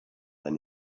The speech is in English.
than